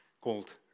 called